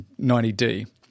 90D